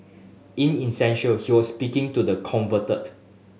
in essential he was speaking to the converted